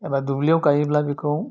एबा दुब्लियाव गायोब्ला बिखौ